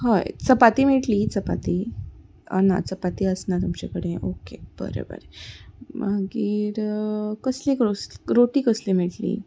हय चपाती मेळटली चपाती ना चपाती आसना तुमचे कडेन ओके बरें बरें मागीर रोटी कसली मेळटली